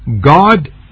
God